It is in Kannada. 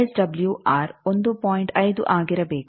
5 ಆಗಿರಬೇಕು